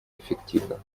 эффективно